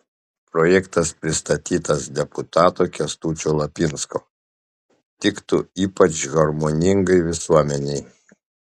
projektas pristatytas deputato kęstučio lapinsko tiktų ypač harmoningai visuomenei